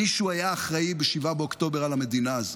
מישהו היה אחראי ב-7 באוקטובר על המדינה הזאת.